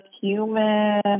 human